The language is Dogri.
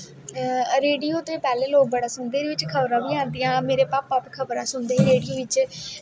रेड़ियो ते पैह्लें लोग बड़ा सुनदे हे एह्दे बिच्च खबरां बी आंदियां हां मेरे भापा बी खबरां सुनदे हे रेड़ियो बिच्च